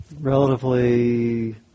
relatively